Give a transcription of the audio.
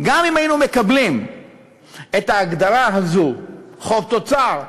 גם אם היינו מקבלים את ההגדרה הזו, חוב תוצר,